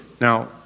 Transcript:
Now